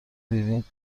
دیدیم